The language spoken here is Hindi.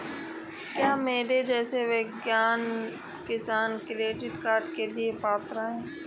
क्या मेरे जैसा किसान किसान क्रेडिट कार्ड के लिए पात्र है?